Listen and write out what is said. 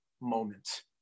moment